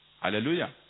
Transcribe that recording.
Hallelujah